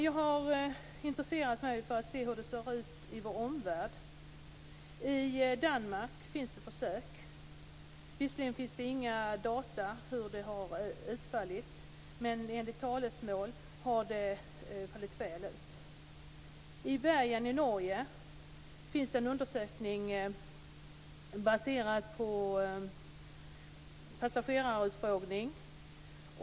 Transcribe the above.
Jag har intresserat mig för hur det ser ut i vår omvärld. I Danmark finns det försök. Visserligen finns det inga data om hur de har utfallit men enligt "talesmål" har de fallit väl ut. I Bergen i Norge har man gjort en undersökning baserad på passagerarutfrågning.